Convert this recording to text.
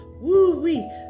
Woo-wee